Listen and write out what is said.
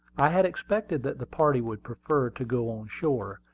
i had expected that the party would prefer to go on shore,